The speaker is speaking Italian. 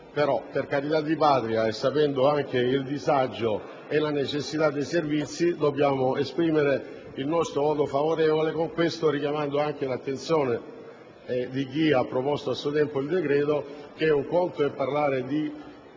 per carità di patria e consapevoli anche del disagio e della necessità dei servizi, dobbiamo esprimere il nostro voto favorevole, con questo richiamando anche l'attenzione di chi ha proposto a suo tempo il decreto sul fatto che un conto è parlare di